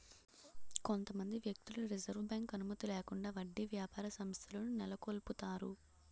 కొంతమంది వ్యక్తులు reserve bank అనుమతి లేకుండా వడ్డీ వ్యాపార సంస్థలను నెలకొల్పుతారు